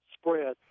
spread